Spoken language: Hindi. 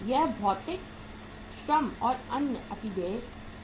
यह भौतिक श्रम और अन्य अतिदेय है